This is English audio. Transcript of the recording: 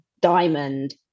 diamond